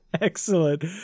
Excellent